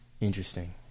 Interesting